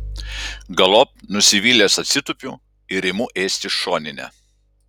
galop nusivylęs atsitupiu ir imu ėsti šoninę